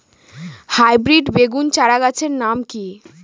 Hybrid বেগুন চারাগাছের নাম কি?